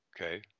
okay